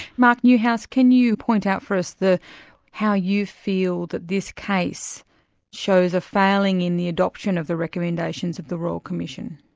mark newhouse can you point out for us how you feel that this case shows a failing in the adoption of the recommendations of the royal commission.